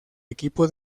equipo